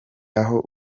aho